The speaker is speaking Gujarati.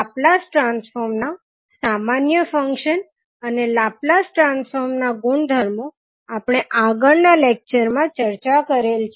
લાપ્લાસ ટ્રાન્સફોર્મ નાં સામાન્ય ફંક્શન અને લાપ્લાસ ટ્રાન્સફોર્મ નાં ગુણધર્મો આપણે આગળના લેક્ચર માં ચર્ચા કરેલ છે